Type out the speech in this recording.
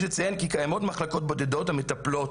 יש לציין כי קיימות מחלקות בודדות המטפלות